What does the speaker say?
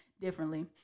differently